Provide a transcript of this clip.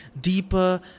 deeper